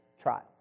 trials